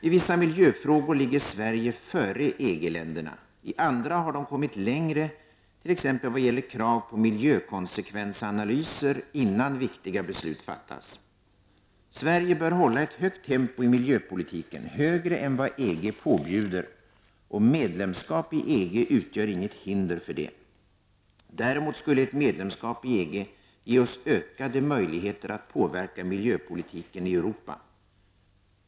I vissa miljöfrågor ligger Sverige före EG-länderna, i andra har de kommit längre, t.ex. vad gäller krav på miljökonsekvensanalyser innan viktiga beslut fattas. Sverige bör hålla ett högt tempo i miljöpolitiken, högre än vad EG påbjuder, och medlemskap i EG utgör inget hinder för det. Men däremot skulle ett medlemskap i EG ge oss ökade möjligheter att påverka miljöpolitiken i Europa.